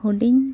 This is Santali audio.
ᱦᱩᱰᱤᱧ